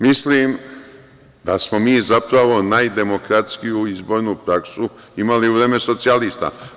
Mislim da smo mi zapravo najdemokratskiju izbornu praksu imali u vreme socijalista.